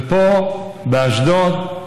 פה, באשדוד,